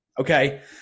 Okay